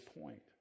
point